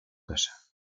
casa